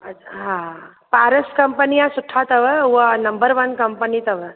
हा पारस कम्पनीअ सुठा अथव उहा नंबरु वन कम्पनी अथव